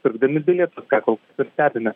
pirkdami bilietus ką kol kas ir stebime